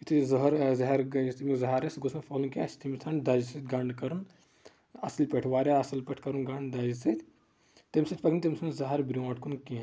یِتُھے زہر زیہَر زَہر آسہِ سُہ گوٚژ نہٕ پھہلُن کیٚنٛہہ اَسہِ چھ تٔمِس تَتٮ۪ن دَجہِ سۭتۍ گنٛڈ کرُن اَصٕل پٲٹھۍ واریاہ اَصٕل پٲٹھۍ کَرُن گنٛڈ دَجہِ سۭتۍ تَمہِ سۭتۍ پکہِ نہٕ تٔمِس منٛز زَہر بروٚنٛہہ کُن کیٚنٛہہ